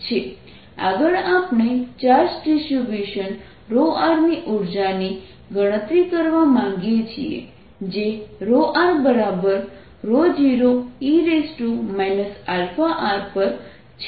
W02R770Q2R72R870Q27π0R આગળ આપણે charge distribution r ની ઉર્જાની ગણતરી કરવા માંગીએ છીએ જે r0e rછે